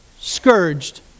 scourged